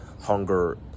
hunger